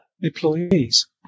employees